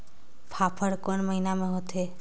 फाफण कोन महीना म होथे?